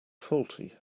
faulty